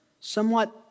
somewhat